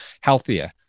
healthier